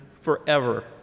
forever